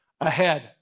ahead